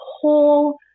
whole